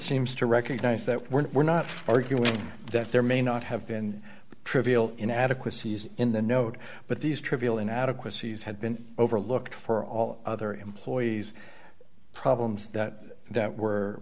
seems to recognize that we're not arguing that there may not have been trivial inadequacies in the note but these trivial inadequacies had been overlooked for all other employees problems that that were